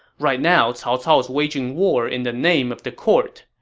right now, cao cao is waging war in the name of the court.